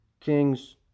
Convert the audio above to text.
kings